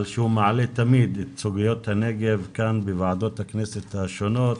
על שהוא מעלה תמיד את סוגיות הנגב כאן בוועדות הכנסת השונות.